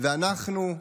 ואנחנו,